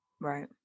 Right